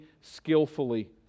skillfully